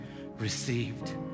received